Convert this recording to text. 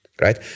right